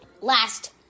last